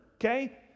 okay